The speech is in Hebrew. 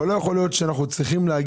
אבל לא יכול להיות שאנחנו צריכים להגיע